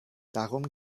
darum